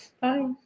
Bye